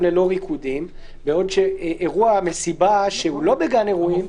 ללא ריקודים בעוד שמסיבה שהיא לא בגן אירועים,